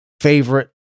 favorite